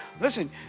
Listen